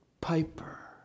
Piper